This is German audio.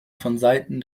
vonseiten